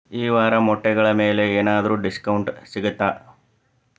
ಈ ವಾರ ಮೊಟ್ಟೆಗಳ ಮೇಲೆ ಏನಾದರೂ ಡಿಸ್ಕೌಂಟ್ ಸಿಗತ್ತಾ